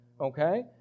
okay